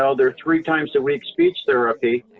ah their three-times-a-week speech therapy,